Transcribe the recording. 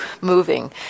moving